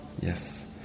Yes